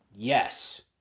yes